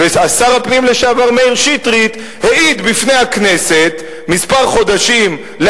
ושר הפנים לשעבר מאיר שטרית העיד בפני הכנסת חודשים מספר